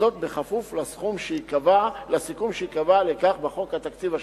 וזאת בכפוף לסכום שייקבע לכך בחוק התקציב השנתי,